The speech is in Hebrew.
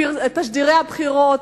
תשדירי הבחירות,